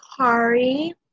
Kari